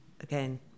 again